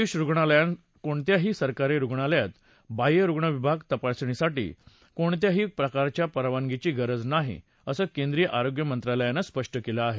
आयुष रुग्णालयांसह कोणत्याही सरकारी रुग्णालयात बाह्यरुग्णविभागात रुग्णांना तपासणीसाठी कोणत्याही प्रकारच्या परवानगीची गरज नाही असं केंद्रिय आरोग्यमंत्रालयानं स्पष्ट केलं आहे